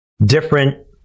different